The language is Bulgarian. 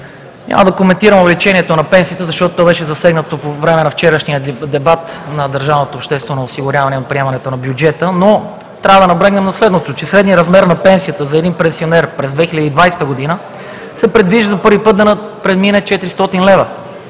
Няма да коментирам увеличението на пенсиите, защото то беше засегнато по време на вчерашния дебат на държавното обществено осигуряване при приемането на бюджета, но трябва да наблегнем на следното: средният размер на пенсията за един пенсионер през 2020 г. се предвижда за първи път да премине 400 лв.